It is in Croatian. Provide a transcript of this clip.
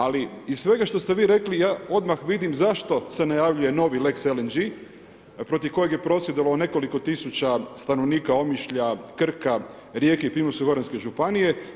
Ali iz svega što ste vi rekli, ja odmah vidim zašto se najavljuje novi lex LNG, protiv kojeg je prosvjedovalo nekoliko tisuća stanovnika Omišlja, Krka, Rijeke i Primorsko-goranske županije.